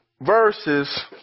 verses